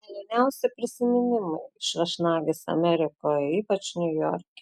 maloniausi prisiminimai iš viešnagės amerikoje ypač niujorke